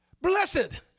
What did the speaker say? blessed